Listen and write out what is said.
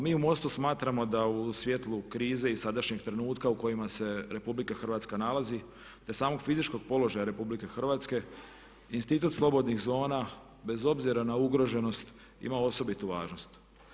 Mi u MOST-u smatramo da u svijetlu krize i sadašnjeg trenutka u kojemu se RH nalazi te samog fizičkog položaja RH institut slobodnih zona bez obzira na ugaženost ima osobitu važnost.